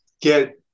get